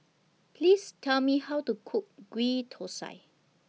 Please Tell Me How to Cook Ghee Thosai